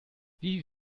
wie